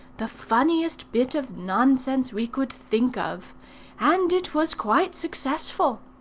the funniest bit of nonsense we could think of and it was quite successful.